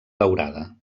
daurada